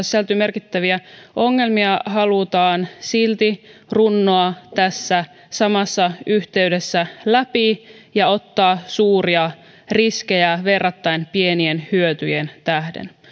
sisältyy merkittäviä ongelmia se halutaan silti runnoa tässä samassa yhteydessä läpi ja ottaa suuria riskejä verrattain pienien hyötyjen tähden